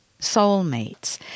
soulmates